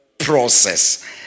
process